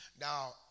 Now